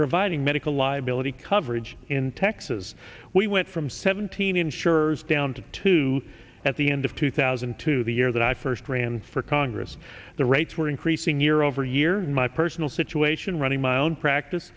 providing medical liability coverage in texas we went from seventeen insurers down to two at the end of two thousand and two the year that i first ran for congress the rates were increasing year over year my personal situation running my own practice